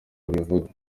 abivuga